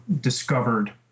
discovered